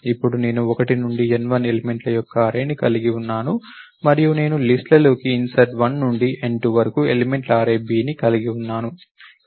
అప్పుడు నేను 1 నుండి n1 ఎలిమెంట్ల యొక్క అర్రేని కలిగి ఉన్నాను మరియు నేను లిస్ట్ లలోకి ఇన్సర్ట్ 1 నుండి n2 వరకు ఎలిమెంట్ల అర్రే bని కలిగి ఉన్నాను